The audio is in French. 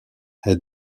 est